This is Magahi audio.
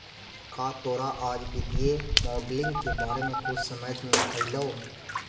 का तोरा आज वित्तीय मॉडलिंग के बारे में कुछ समझ मे अयलो?